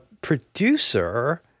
producer